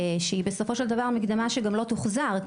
שהיא בסופו של דבר מקדמה שגם לא תוחזר,